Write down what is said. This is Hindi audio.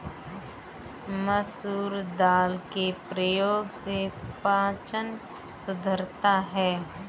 मसूर दाल के प्रयोग से पाचन सुधरता है